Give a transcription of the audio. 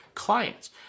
Clients